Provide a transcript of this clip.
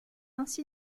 ainsi